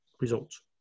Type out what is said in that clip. results